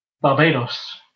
Barbados